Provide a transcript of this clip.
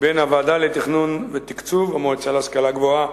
בין הוועדה לתכנון ותקצוב במועצה להשכלה גבוהה